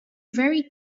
very